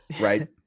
right